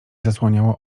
zasłaniało